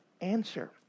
answer